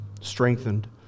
strengthened